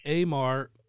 Amar